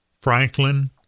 Franklin